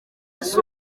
ese